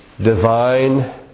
Divine